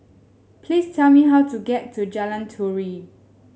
please tell me how to get to Jalan Turi